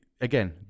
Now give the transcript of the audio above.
again